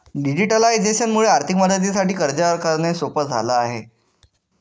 digitalisation मुळे आर्थिक मदतीसाठी अर्ज करणे सोप झाला आहे